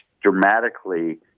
dramatically